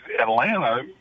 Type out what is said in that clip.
Atlanta